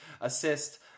assist